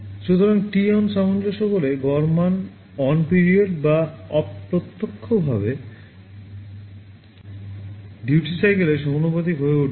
সুতরাং t on সামঞ্জস্য করে গড় মান অন পিরিয়ড বা অপ্রত্যক্ষভাবে duty cycle এর সমানুপাতিক হয়ে উঠবে